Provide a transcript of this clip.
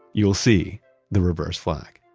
you'll see the reverse flag